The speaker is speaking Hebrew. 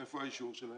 איפה האישור שלהם?